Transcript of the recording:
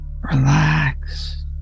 relax